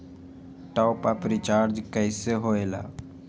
Top up recharge कइसे होएला?